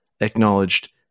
acknowledged